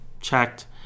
checked